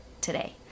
today